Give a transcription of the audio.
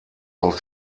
aus